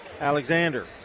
Alexander